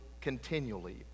continually